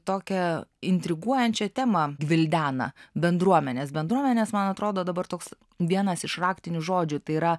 tokią intriguojančią temą gvildena bendruomenės bendruomenės man atrodo dabar toks vienas iš raktinių žodžių tai yra